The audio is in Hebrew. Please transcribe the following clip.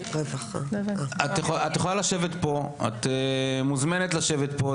את מוזמנת לשבת כאן.